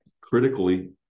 Critically